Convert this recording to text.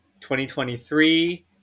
2023